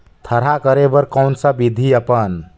थरहा करे बर कौन सा विधि अपन?